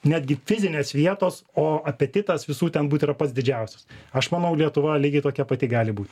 netgi fizinės vietos o apetitas visų ten būt yra pats didžiausias aš manau lietuva lygiai tokia pati gali būti